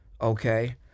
okay